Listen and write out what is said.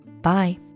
Bye